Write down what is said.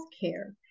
care